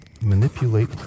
manipulate